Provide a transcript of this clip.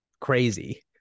crazy